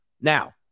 Now